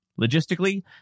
Logistically